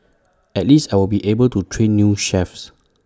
at least I'll be able to train new chefs